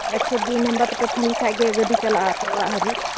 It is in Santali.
ᱮᱠᱥᱚ ᱫᱩᱭ ᱱᱟᱢᱵᱟᱨ ᱛᱮᱯᱮ ᱯᱷᱳᱱ ᱞᱮᱠᱷᱟᱱ ᱜᱮ ᱜᱟᱹᱰᱤ ᱪᱟᱞᱟᱜᱼᱟ ᱟᱯᱮ ᱚᱲᱟᱜ ᱦᱟᱹᱨᱤᱡ